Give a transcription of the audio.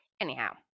Anyhow